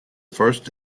first